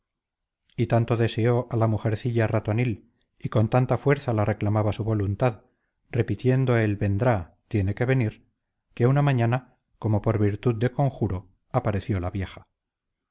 y tanto deseó a la mujercilla ratonil y con tanta fuerza la reclamaba su voluntad repitiendo el vendrá tiene que venir que una mañana como por virtud de conjuro apareció la vieja